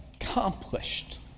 accomplished